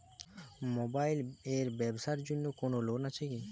Mobile এর ব্যাবসার জন্য কোন লোন আছে কি?